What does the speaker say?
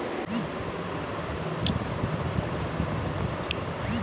cultivator বা spray দিয়ে গাছে সার দিচ্ছি